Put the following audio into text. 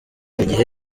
igihe